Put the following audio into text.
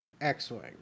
X-Wing